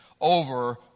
over